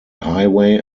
highway